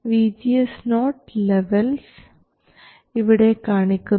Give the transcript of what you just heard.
VGS0 levels ഇവിടെ കാണിക്കുന്നു